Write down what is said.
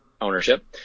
ownership